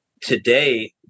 today